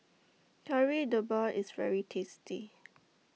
Kari Debal IS very tasty